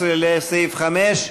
15, לסעיף 5,